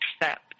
accept